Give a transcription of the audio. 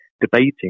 debating